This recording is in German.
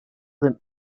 sind